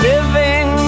Living